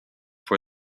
for